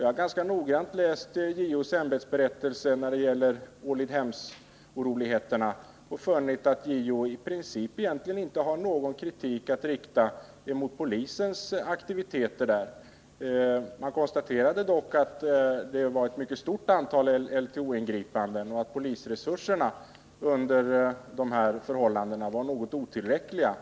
Jag har ganska noggrant läst JO:s ämbetsberättelse när det gäller dessa oroligheter och har funnit att JO i princip egentligen inte har någon kritik att rikta mot polisens aktiviteter där. JO konstaterade dock att det gjorts ett mycket stort antal LTO-ingripanden och att polisresurserna under de rådande förhållandena varit otillräckliga.